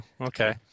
okay